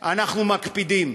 אנחנו מקפידים: